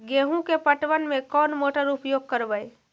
गेंहू के पटवन में कौन मोटर उपयोग करवय?